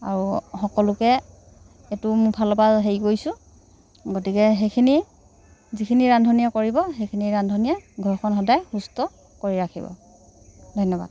আৰু সকলোকে এইটো মোৰ ফালৰ পা হেৰি কৰিছোঁ গতিকে সেইখিনি যিখিনি ৰান্ধনিয়ে কৰিব সেইখিনি ৰান্ধনিয়ে ঘৰখন সদায় সুস্থ কৰি ৰাখিব ধন্যবাদ